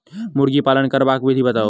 मुर्गी पालन करबाक विधि बताऊ?